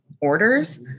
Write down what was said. orders